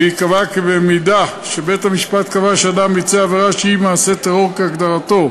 וייקבע כי אם בית-המשפט קבע שאדם ביצע עבירה שהיא מעשה טרור כהגדרתו,